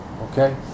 Okay